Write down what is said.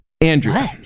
andrew